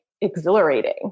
exhilarating